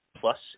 plus